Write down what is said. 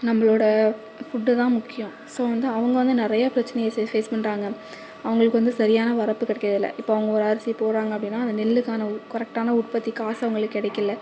நம்மளோட ஃபுட்டு தான் முக்கியம் ஸோ வந்து அவங்க வந்து நிறையா பிரச்சனையை ஃபேஸ் பண்ணுறாங்க அவங்களுக்கு வந்து சரியான வரப்பு கெடைக்கிறதில்ல இப்போ அவங்க ஒரு அரிசி போடுறாங்க அப்படின்னா அந்த நெல்லுக்கான கரெக்டான உற்பத்தி காசு அவங்களுக்கு கிடைக்கல